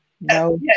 No